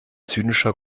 zynischer